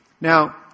Now